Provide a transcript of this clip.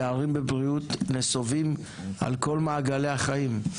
הפערים בבריאות נסובים על כל מעגלי החיים,